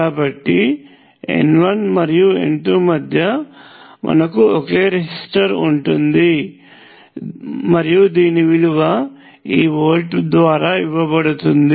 కాబట్టి n1 మరియు n2 మధ్య మనకు ఒకే రెసిస్టర్ ఉంది మరియు దీని విలువ ఈ వోల్ట్ ద్వారా ఇవ్వబడుతుంది